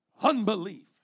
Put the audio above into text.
unbelief